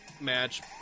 Match